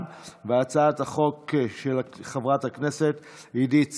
והצעת החוק של חברת הכנסת עידית סילמן.